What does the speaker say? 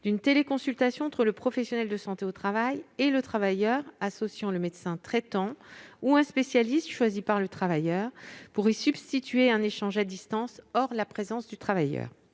d'une téléconsultation entre le professionnel de santé au travail et le travailleur associant le médecin traitant ou un spécialiste choisi par le travailleur, pour y substituer un échange à distance hors la présence du travailleur.